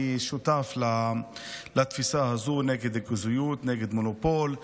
אני שותף לתפיסה הזאת נגד ריכוזיות, נגד מונופול,